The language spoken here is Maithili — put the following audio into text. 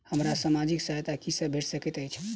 हमरा सामाजिक सहायता की सब भेट सकैत अछि?